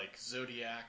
Zodiac